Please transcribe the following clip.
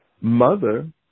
mother